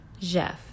Jeff